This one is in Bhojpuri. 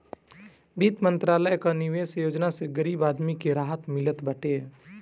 वित्त मंत्रालय कअ निवेश योजना से गरीब आदमी के राहत मिलत बाटे